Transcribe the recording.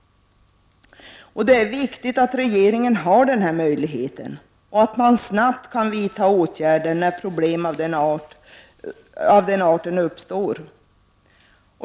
Det är viktigt att regeringen har den möjligheten och att man snabbt kan vidta åtgärder när problem av denna art uppstår.